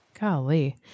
Golly